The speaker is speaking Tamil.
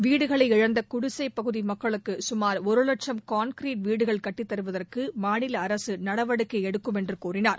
வீடுகளை இழந்த இகுடிசைப் பகுதி மக்களுக்கு இசுமார் ஒரு இலட்சம் கான்கிரீட் வீடுகள் கட்டித்தருவதற்கு மாநில அரசு நடவடிக்கை எடுக்கும் என்று கூறினார்